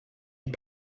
und